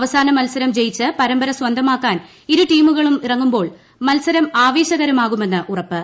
അവസാന മത്സരം ജയിച്ച് പരമ്പര സ്വന്തമാക്കാൻ ഇരു ടീമുകളും ഇറങ്ങുമ്പോൾ മത്സരം ആവേശകരമാകുമെന്ന് ഉറപ്പ്